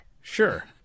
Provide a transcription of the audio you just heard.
Sure